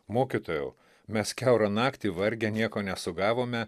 mokytojau mes kiaurą naktį vargę nieko nesugavome